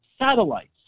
satellites